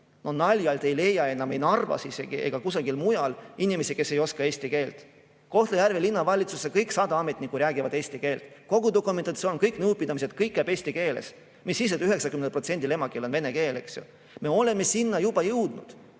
no naljalt ei leia enam ei Narvas isegi ega kusagil mujal inimesi, kes ei oska eesti keelt. Kõik Kohtla-Järve Linnavalitsuse 100 ametnikku räägivad eesti keelt, kogu dokumentatsioon, kõik nõupidamised – kõik käib eesti keeles, mis siis, et 90%‑l emakeel on vene keel. Me oleme sinna juba jõudnud.